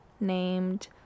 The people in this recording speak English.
Named